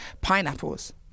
pineapples